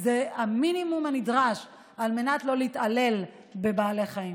הם המינימום הנדרש על מנת לא להתעלל בבעלי חיים.